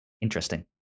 interesting